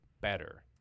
better